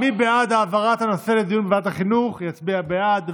מי שבעד העברת הנושא לדיון בוועדת החינוך יצביע בעד.